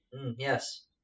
yes